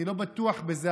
אני לא בטוח בזה,